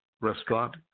Restaurant